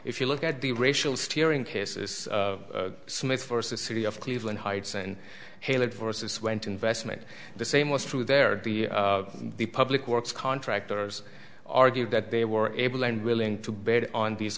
if you look at the racial steering cases smith versus city of cleveland heights and hayward versus went investment the same was true there would be the public works contractors argued that they were able and willing to bet on these